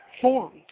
formed